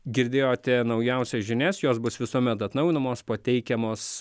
girdėjote naujausias žinias jos bus visuomet atnaujinamos pateikiamos